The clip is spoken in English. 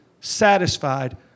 satisfied